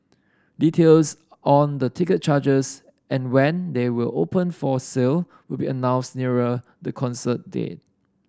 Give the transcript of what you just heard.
details on the ticket charges and when they will open for sale will be announced nearer the concert date